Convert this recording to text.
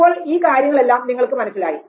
ഇപ്പോൾ ഈ കാര്യങ്ങളെല്ലാം നിങ്ങൾക്ക് മനസ്സിലായി